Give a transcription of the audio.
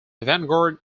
vanguard